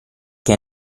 che